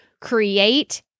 Create